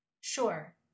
Sure